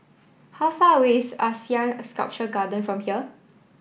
how far away is ASEAN Sculpture Garden from here